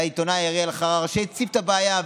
והעיתונאי אריאל אלחרר הציף את הבעיה,